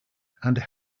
and